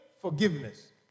forgiveness